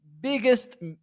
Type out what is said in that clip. biggest